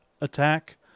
attack